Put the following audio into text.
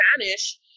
Spanish